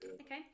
Okay